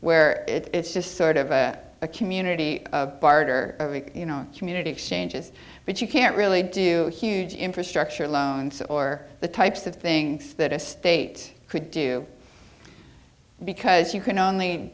where it's just sort of a community of you know community exchanges but you can't really do huge infrastructure loans or the types of things that a state could do because you can only